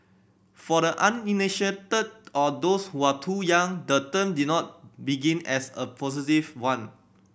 for the uninitiated or those who are too young the term did not begin as a positive one